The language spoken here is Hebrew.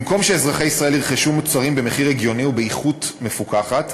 במקום שאזרחי ישראל ירכשו מוצרים במחיר הגיוני ובאיכות מפוקחת,